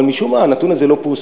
אבל משום מה הנתון הזה לא פורסם.